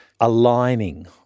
aligning